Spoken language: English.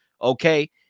Okay